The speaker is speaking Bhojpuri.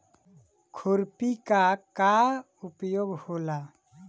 खुरपी का का उपयोग होला?